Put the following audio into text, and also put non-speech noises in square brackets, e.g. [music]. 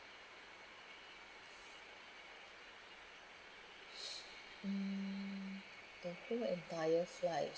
[noise] mm the whole entire flight